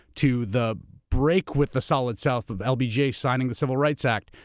to the break with the solid south of l. b. j. signing the civil rights act,